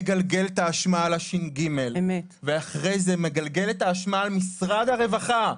מגלגל את האשמה על הש"ג ואחרי זה מגלגל את האשמה על משרד הרווחה.